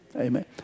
Amen